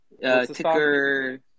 Ticker